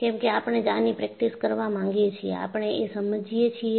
કેમકે આપણે આની પ્રેક્ટિસ કરવા માંગીએ છીએ આપણે એ સમજીએ છીએ